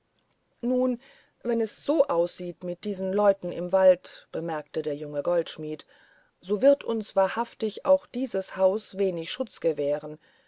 nun wenn es so aussieht mit diesen leuten im wald bemerkte der junge goldschmidt so wird uns wahrhaftig auch dieses haus wenig schutz gewähren